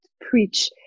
preach